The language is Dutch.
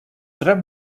tram